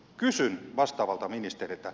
kysyn vastaavalta ministeriltä